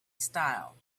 style